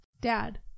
Dad